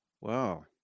wow